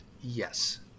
Yes